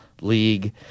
league